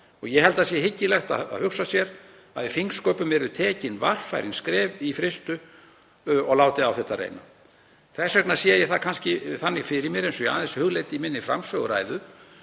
Ég held að hyggilegt sé að hugsa sér að í þingsköpum yrðu stigin varfærin skref í fyrstu og látið á þetta reyna. Þess vegna sé ég það kannski þannig fyrir mér, eins og ég hugleiddi aðeins í framsöguræðu